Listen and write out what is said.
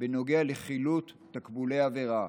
בנוגע לחילוט תקבולי העבירה.